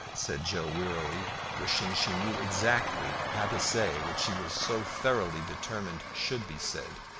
said joe wearily, wishing she knew exactly how to say what she was so thoroughly determined should be said.